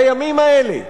בימים האלה,